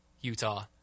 Utah